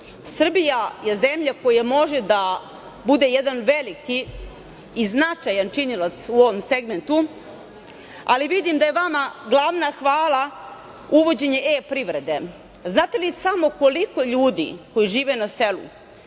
Srbija je zemlja koja može da bude jedan veliki i značajan činilac u ovom segmentu, ali vidim da je vama glavna hvala, uvođenje e-privrede. Znate li samo koliko je ljudi koji žive na selu